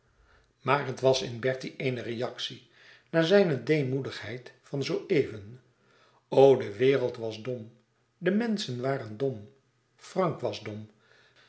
maar het was in bertie eene reactie na zijne deêmoedigheid van zoo even o de wereld was dom de menschen waren dom frank was dom